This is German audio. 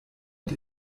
mit